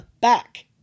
back